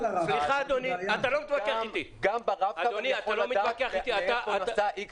גם ברב-קו אתה יכול לדעת לאיפה נסע X